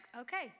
okay